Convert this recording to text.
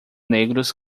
negros